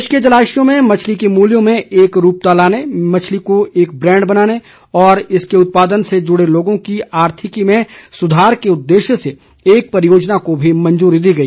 प्रदेश के जलाश्यों में मछली के मूल्यों में एकरूपता लाने मछली को एक ब्रैंड बनाने और इसके उत्पादन से जुड़े लोगों की आर्थिकी में सुधार के उद्देश्य से एक परियोजना को भी मंजूरी दी गई